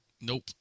Nope